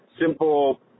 simple